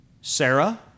Sarah